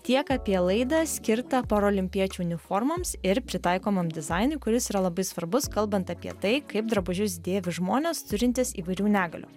tiek apie laidą skirtą parolimpiečių uniformoms ir pritaikomam dizainui kuris yra labai svarbus kalbant apie tai kaip drabužius dėvi žmonės turintys įvairių negalių